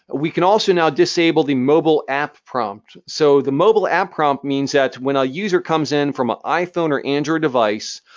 we can also now disable the mobile app prompt. so the mobile app prompt means that when a user comes in from an iphone or android device,